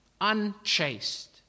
unchaste